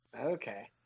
Okay